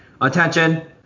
Attention